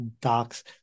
docs